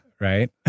Right